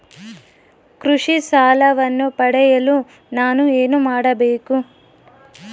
ಕೃಷಿ ಸಾಲವನ್ನು ಪಡೆಯಲು ನಾನು ಏನು ಮಾಡಬೇಕು?